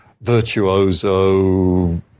virtuoso